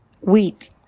wheat